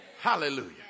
Hallelujah